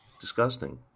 disgusting